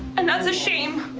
and that's a shame.